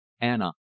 anna